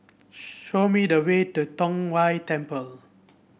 show me the way to Tong Whye Temple